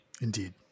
Indeed